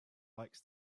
likes